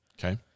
Okay